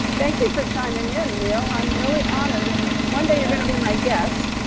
thank you for chiming in, neal, i'm really honored, and one day you're gonna be my guest.